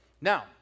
Now